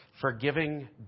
Forgiving